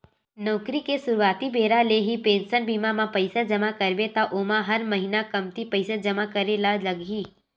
नउकरी के सुरवाती बेरा ले ही पेंसन बीमा म पइसा जमा करबे त ओमा हर महिना कमती पइसा जमा करे ल लगही